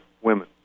women